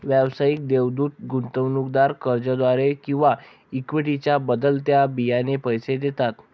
व्यावसायिक देवदूत गुंतवणूकदार कर्जाद्वारे किंवा इक्विटीच्या बदल्यात बियाणे पैसे देतात